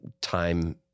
time